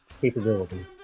capability